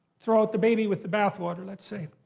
throw out the baby with the bathwater, let's say.